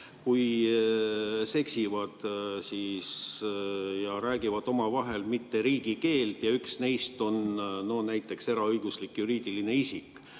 kui seksivad ja räägivad omavahel mitte riigikeelt ja üks neist on näiteks eraõiguslik juriidiline isik,